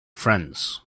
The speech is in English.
friends